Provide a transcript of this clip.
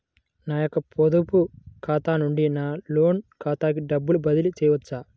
నా యొక్క పొదుపు ఖాతా నుండి నా లోన్ ఖాతాకి డబ్బులు బదిలీ చేయవచ్చా?